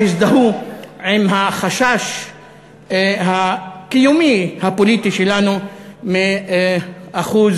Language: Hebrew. שהזדהו עם החשש הקיומי הפוליטי שלנו מאחוז